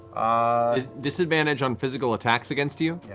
ah disadvantage on physical attacks against you. yeah